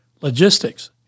logistics